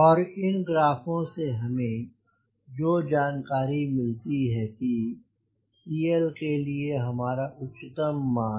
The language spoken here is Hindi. और इन ग्राफों से हमें जो जानकारी मिलती है कि CL के लिए हमारा उच्चतम मान